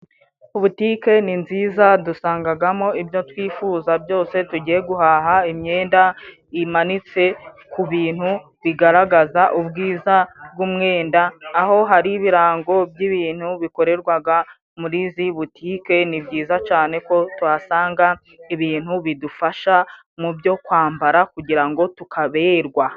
Butike ni nziza dusangagamo ibyo twifuza byose tugiye guhaha, imyenda imanitse ku bintu bigaragaza ubwiza bw'umwenda, aho hari ibirango by'ibintu bikorerwaga muri izi boutike. Ni byiza cane ko tuhasanga ibintu bidufasha mu byo kwambara kugira ngo tukaberwa.